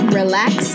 relax